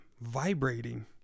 vibrating